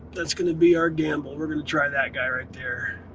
that's gonna be our gamble. we're gonna try that guy right there.